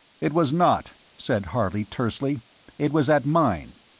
it was not, said harley, tersely it was at mine.